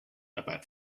about